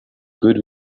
good